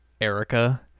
Erica